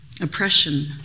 oppression